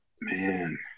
Man